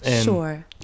sure